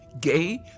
gay